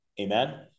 Amen